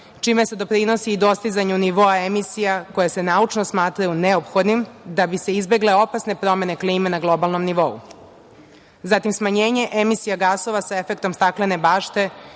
čime se doprinosi dostizanju nivoa emisije koje se naučno smatraju neophodnim da bi se izbegle opasne promene klime na globalnom nivou. Zatim, smanjenje emisije gasova sa efektom staklene bašte